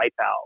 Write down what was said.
wipeout